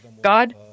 God